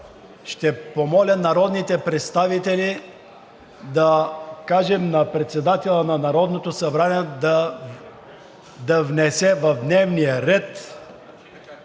ще помоля народните представители да кажем на председателя на Народното събрание да внесе в дневния ред